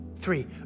three